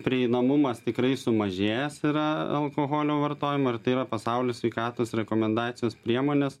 prieinamumas tikrai sumažėjęs yra alkoholio vartojimo ir tai yra pasaulio sveikatos rekomendacijos priemonės